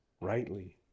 rightly